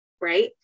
right